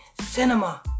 Cinema